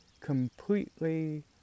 completely